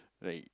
like